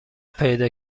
پیدا